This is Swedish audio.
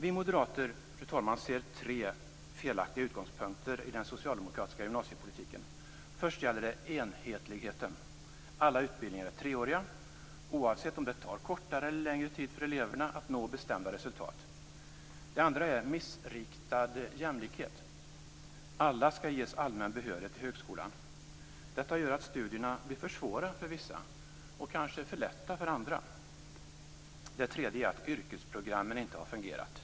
Vi moderater ser tre felaktiga utgångspunkter i den socialdemokratiska gymnasiepolitiken. Först gäller det enhetligheten. Alla utbildningar är treåriga, oavsett om det tar kortare eller längre tid för eleverna att nå bestämda resultat. Det andra är att det är en missriktad jämlikhet. Alla skall ges allmän behörighet till högskolan. Detta gör att studierna blir för svåra för vissa och kanske för lätta för andra. Det tredje är att yrkesprogrammen inte har fungerat.